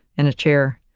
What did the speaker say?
in a chair.